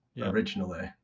originally